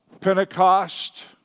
Pentecost